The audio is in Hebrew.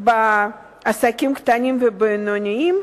בעסקים קטנים ובינוניים